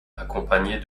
accompagné